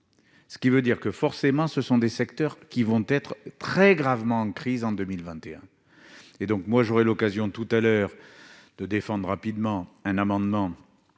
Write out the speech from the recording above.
ce qui veut dire que forcément ce sont des secteurs qui vont être très gravement crise en 2021 et donc moi j'aurai l'occasion tout à l'heure de défendent rapidement un amendement